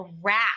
wrap